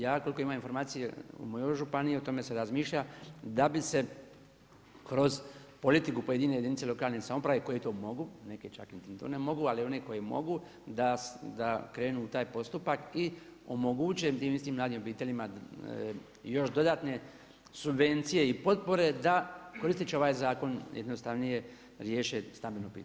Ja koliko imam informacije u mojoj županiji, o tome se razmišlja da bi se kroz politiku pojedine jedinice lokalne samouprave koje to mogu, a neke čak niti to ne mogu ali one koje mogu da krenu u taj postupak i omoguće tim istim mladim obiteljima i još dodatne subvencije i potpore da koristeći ovaj zakon jednostavnije riješe stambeno pitanje.